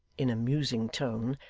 in a musing tone,